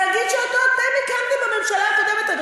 תאגיד שאתם הקמתם בממשלה הקודמת.